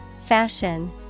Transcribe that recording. Fashion